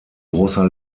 großer